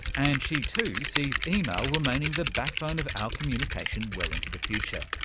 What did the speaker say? and she too sees email remaining the backbone of our communication well into the future.